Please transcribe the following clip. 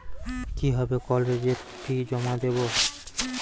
কিভাবে কলেজের ফি জমা দেবো?